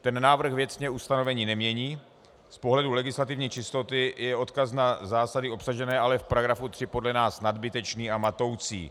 Ten návrh věcně ustanovení nemění, z pohledu legislativní čistoty je odkaz na zásady obsažené ale v § 3 podle nás nadbytečný a matoucí.